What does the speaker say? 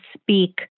speak